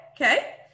Okay